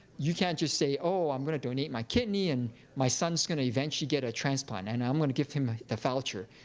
you can't just say, oh, i'm gonna donate my kidney, and my son's gonna eventually get a transplant, and i'm gonna give him the voucher.